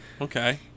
Okay